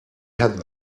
had